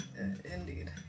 indeed